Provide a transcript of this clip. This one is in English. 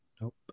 Nope